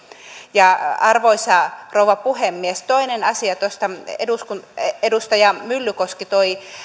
arvoisa rouva puhemies toinen asia edustaja myllykoski toi